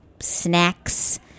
snacks